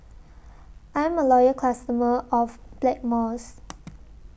I'm A Loyal customer of Blackmores